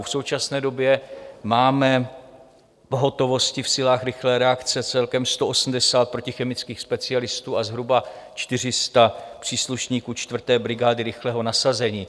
V současné době máme v hotovosti v silách rychlé reakce celkem 180 protichemických specialistů a zhruba 400 příslušníků čtvrté brigády rychlého nasazení.